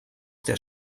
der